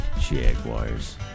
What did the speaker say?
Jaguars